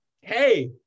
hey